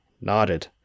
nodded